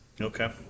Okay